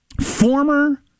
former